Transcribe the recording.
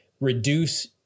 reduce